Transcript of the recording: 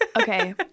Okay